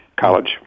college